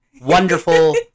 wonderful